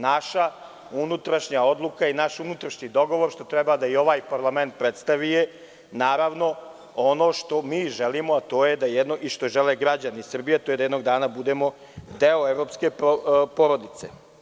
Naša unutrašnja odluka i naš unutrašnji dogovor, što treba i ovaj parlament da predstavi, je ono što mi želimo i što žele građani Srbije, a to je da jednog dana budemo deo evropske porodice.